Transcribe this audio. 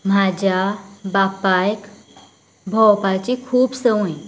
म्हाज्या बापायक भोंवपाची खूब संवय